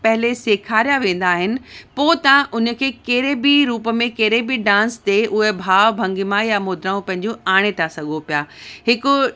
पहले सेखारिया वेंदा आहिनि पोइ तव्हां उनखे कहिड़े बि रुप में कहिड़े बि डांस ते उहो भाव भंगिमा या मुद्राऊं पंहिंजूं आणे था सघो पिया हिकु